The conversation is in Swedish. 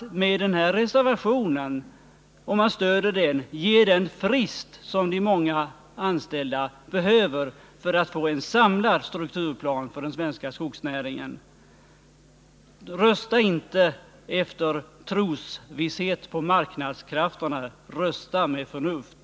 Om man stöder reservationen här åstadkommer man den frist som de mänga anställda behöver för att få en samlad strukturplan för den svenska skogsnäringen. Rösta inte efter trosvisshet om marknadskrafterna — rösta med förnuft!